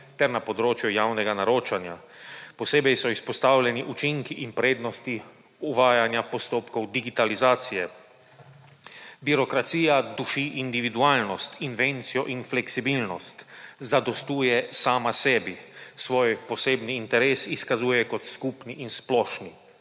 ter na področju javnega naročanja. Posebej so izpostavljeni učinki in prednosti uvajanja postopkov digitalizacije. Birokracija duši individualnost, invencijo in fleksibilnost, zadostuje sama sebi, svoj posebni interes izkazuje kot skupni in splošni.